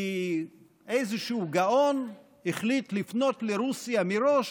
כי איזשהו גאון החליט לפנות לרוסיה מראש